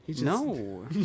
no